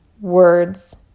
words